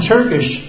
Turkish